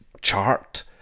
chart